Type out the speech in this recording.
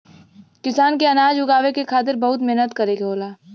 किसान के अनाज उगावे के खातिर बहुत मेहनत करे के होला